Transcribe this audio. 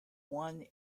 one